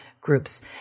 groups